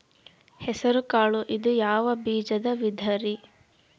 ಹೆಸರುಕಾಳು ಇದು ಯಾವ ಬೇಜದ ವಿಧರಿ?